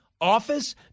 office